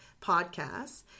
podcasts